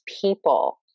people